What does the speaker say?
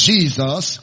Jesus